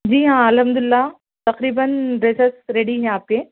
جی ہاں الحمد للہ تقریباً ڈریسیز ریڈی ہیں آپ کے